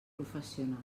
professional